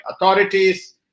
authorities